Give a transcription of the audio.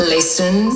Listen